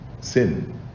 sin